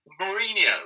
Mourinho